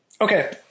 Okay